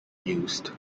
used